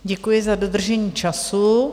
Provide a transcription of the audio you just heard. Děkuji za dodržení času.